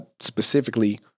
specifically